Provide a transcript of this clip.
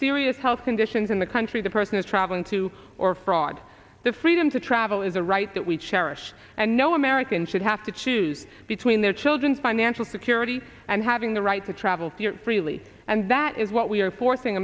health conditions in the country the person is traveling to or fraud the freedom to travel is a right that we cherish and no and should have to choose between their children financial security and having the right to travel to freely and that is what we are forcing